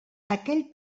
aquell